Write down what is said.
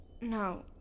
no